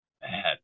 bad